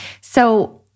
so-